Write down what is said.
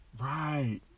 Right